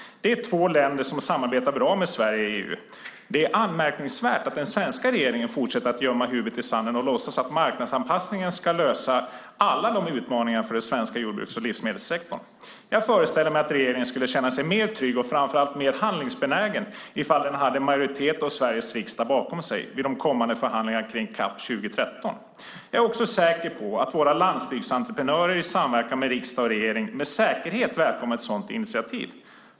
Det är två länder som samarbetar bra med Sverige i EU. Det är anmärkningsvärt att den svenska regeringen fortsätter gömma huvudet i sanden och låtsas att marknadsanpassningen ska lösa alla dessa utmaningar för den svenska jordbruks och livsmedelssektorn. Jag föreställer mig att regeringen skulle känna sig mer trygg och framför allt mer handlingsbenägen om man hade en majoritet av Sveriges riksdag bakom sig vid de kommande förhandlingarna kring CAP 2013. Jag är också säker på att våra landsbygdsentreprenörer i samverkan med riksdag och regering välkomnar ett sådant initiativ.